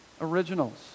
originals